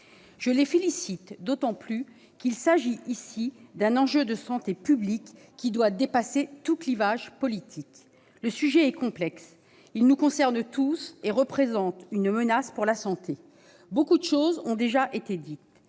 Je les félicite d'autant plus qu'il s'agit ici d'un enjeu de santé publique devant dépasser tout clivage politique. Le sujet est complexe, il nous concerne tous et représente une menace pour la santé. Bien des choses ont déjà été dites.